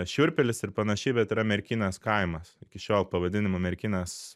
šiurpelis ir panašiai bet yra merkinės kaimas iki šiol pavadinimu merkinės